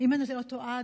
אם אני לא טועה,